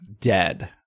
dead